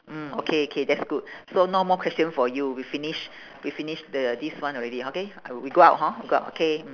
mm okay okay that's good so no more question for you we finish we finish the this one already okay uh we go out hor we go out K mm